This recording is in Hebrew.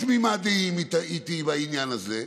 שבהם גם את היית תמימת דעים איתי בעניין הזה.